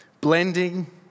Blending